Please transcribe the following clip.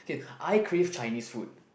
okay I crave Chinese food